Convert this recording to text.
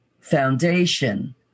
foundation